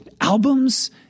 albums